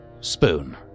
Spoon